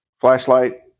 flashlight